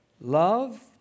love